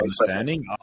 understanding